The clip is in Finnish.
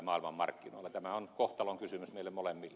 tämä on kohtalon kysymys meille molemmille